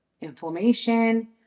inflammation